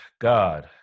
God